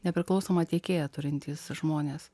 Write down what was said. nepriklausomą tiekėją turintys žmonės